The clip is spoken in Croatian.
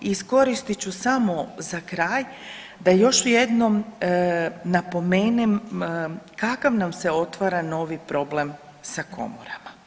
Iskoristit ću samo za kraj da još jednom napomenem kakav nam se otvara novi problem sa komorama.